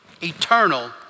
eternal